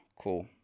cool